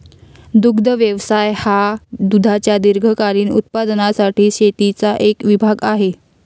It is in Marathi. दुग्ध व्यवसाय हा दुधाच्या दीर्घकालीन उत्पादनासाठी शेतीचा एक विभाग आहे